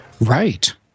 Right